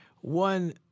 One